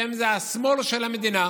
שהם השמאל של המדינה.